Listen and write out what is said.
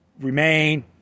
Remain